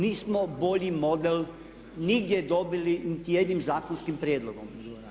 Nismo bolji model nigdje dobili niti jednim zakonskim prijedlogom.